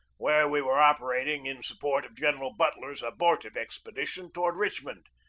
where we were operating in sup port of general butler's abortive expedition toward richmond,